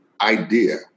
idea